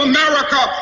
America